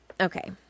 okay